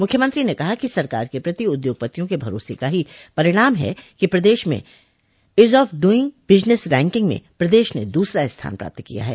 मुख्यमंत्री ने कहा कि सरकार के प्रति उद्योगपतियों के भरोसे का ही परिणाम है कि प्रदेश में ease of doing business ranking में प्रदेश ने दूसरा स्थान प्राप्त किया है